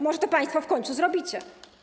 Może to państwo w końcu zrobicie.